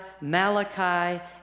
Malachi